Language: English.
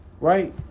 Right